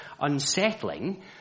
unsettling